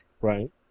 Right